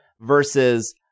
versus